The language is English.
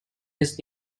his